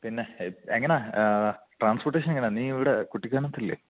പിന്നെ എങ്ങനാ ട്രാൻസ്പ്പോട്ടേഷൻ എങ്ങനാ നീ ഇവിടെ കുട്ടിക്കാനത്തില്ലേ